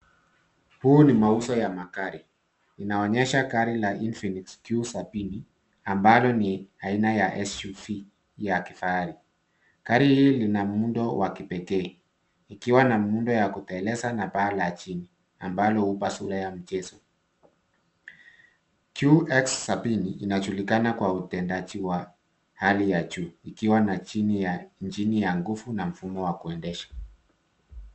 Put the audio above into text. Huu ni mauzo ya makari. Inaonyesha kari la infinix q sapini ambalo ni la aina ya sqv ya kifahari. Gari hii lina muundo wa kipekee . Ikiwa na muundo ya kuteleza na paa la chini ambalo hupa sura ya mcheso. Qx sabini inachulikana kwa utendaji wa hali ya chuu ikiwa na chini ya injini ya nguvu na mfumo wa kuendesha.